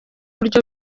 uburyo